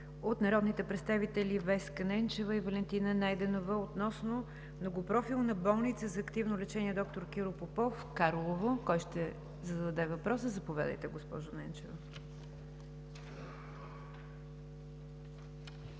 от народните представители Веска Ненчева и Валентина Найденова относно Многопрофилна болница за активно лечение „Д-р Киро Попов“ – Карлово. Кой ще зададе въпроса? Заповядайте, госпожо Ненчева.